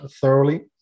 thoroughly